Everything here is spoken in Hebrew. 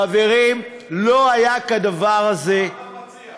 חברים, לא היה כדבר הזה, מה אתה מציע?